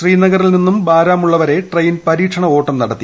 ശ്രീനഗറിൽ നിന്നും ബാരാമുള്ള വരെ ട്രെയിൻ പരീക്ഷണ ഓട്ടം നട്ത്തി